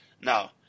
Now